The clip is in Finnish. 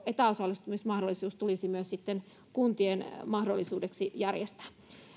etäosallistumismahdollisuus tulisi myös sitten kuntien mahdollisuudeksi järjestää